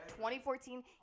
2014